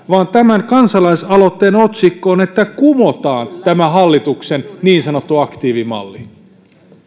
vaan tämän kansalaisaloitteen otsikko on että kumotaan tämä hallituksen niin sanottu aktiivimalli